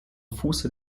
fuße